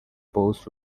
both